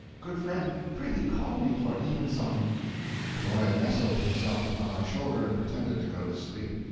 good friend, prithee call me for evensong. the boy nestled himself upon my shoulder and pretended to go to sleep.